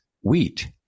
wheat